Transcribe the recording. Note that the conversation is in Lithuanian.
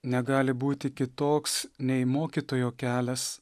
negali būti kitoks nei mokytojo kelias